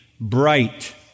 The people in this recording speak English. bright